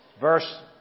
Verse